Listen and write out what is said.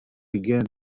began